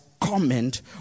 comment